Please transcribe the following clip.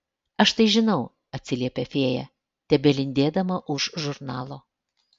aš tai žinau atsiliepia fėja tebelindėdama už žurnalo